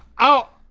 oh!